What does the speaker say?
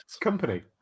company